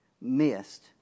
missed